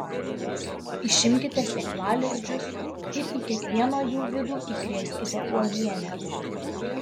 išimkite sėklalizdžius ir į kiekvieno jų vidų įkrėskite uogienės